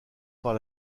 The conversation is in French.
par